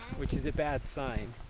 which is a bad sign.